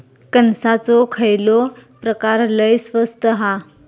कणसाचो खयलो प्रकार लय स्वस्त हा?